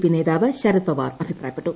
P നേതാവ് ശരദ് പവാർ അഭിപ്രായപ്പെട്ടു